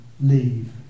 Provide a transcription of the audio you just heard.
leave